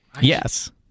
Yes